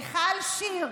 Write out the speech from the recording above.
מיכל שיר,